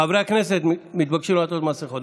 חברי הכנסת מתבקשים לעטות מסכות.